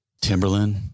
Timberland